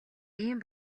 ийм